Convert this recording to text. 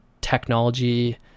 technology